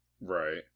Right